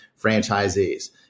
franchisees